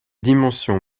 dimensions